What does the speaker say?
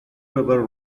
river